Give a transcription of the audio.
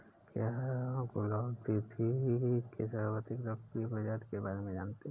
क्या आप गुलदाउदी के सर्वाधिक लोकप्रिय प्रजाति के बारे में जानते हैं?